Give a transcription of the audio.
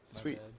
sweet